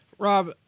Rob